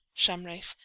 shamraeff,